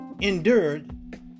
endured